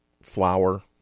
flour